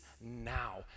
now